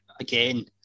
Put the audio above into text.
again